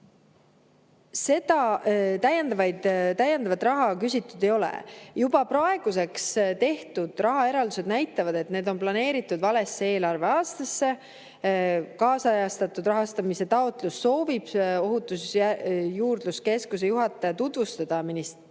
Täiendavat raha küsitud ei ole. Juba praeguseks tehtud rahaeraldused näitavad, et need on planeeritud valesse eelarveaastasse. Kaasajastatud rahastamise taotlust soovib Ohutusjuurdluse Keskuse juhataja tutvustada ministrile